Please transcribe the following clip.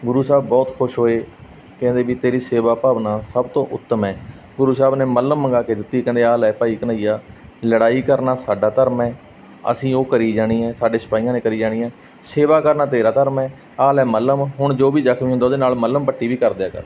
ਗੁਰੂ ਸਾਹਿਬ ਬਹੁਤ ਖੁਸ਼ ਹੋਏ ਕਹਿੰਦੇ ਵੀ ਤੇਰੀ ਸੇਵਾ ਭਾਵਨਾ ਸਭ ਤੋਂ ਉੱਤਮ ਹੈ ਗੁਰੂ ਸਾਹਿਬ ਨੇ ਮਲ੍ਹਮ ਮੰਗਾ ਕੇ ਦਿੱਤੀ ਕਹਿੰਦੇ ਆ ਲੈ ਭਾਈ ਘਨੱਈਆ ਲੜਾਈ ਕਰਨਾ ਸਾਡਾ ਧਰਮ ਹੈ ਅਸੀਂ ਉਹ ਕਰੀ ਜਾਣੀ ਹੈ ਸਾਡੇ ਸਿਪਾਹੀਆਂ ਨੇ ਕਰੀ ਜਾਣੀ ਹੈ ਸੇਵਾ ਕਰਨਾ ਤੇਰਾ ਧਰਮ ਹੈ ਆਹ ਲੈ ਮਲ੍ਹਮ ਹੁਣ ਜੋ ਵੀ ਜਖਮੀ ਹੁੰਦਾ ਉਹਦੇ ਨਾਲ ਮਲ੍ਹਮ ਪੱਟੀ ਵੀ ਕਰ ਦਿਆ ਕਰ